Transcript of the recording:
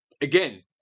again